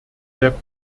der